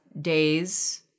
days